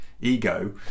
ego